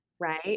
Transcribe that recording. right